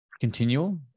Continual